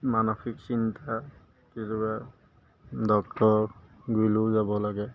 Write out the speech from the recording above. মানসিক চিন্তা কেতিয়াবা ডক্টৰৰ গুৰিলৈও যাব লাগে